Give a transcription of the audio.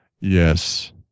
Yes